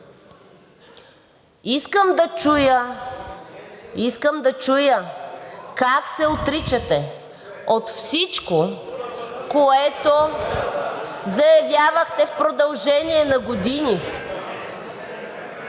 Искам да чуя как се отричате от всичко, което заявявахте в продължение на години.